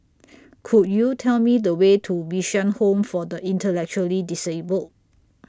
Could YOU Tell Me The Way to Bishan Home For The Intellectually Disabled